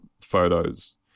photos